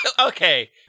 Okay